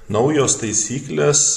naujos taisyklės